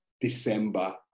december